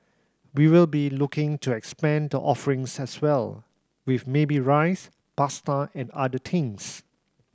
we will be looking to expand the offerings as well with maybe rice pasta and other things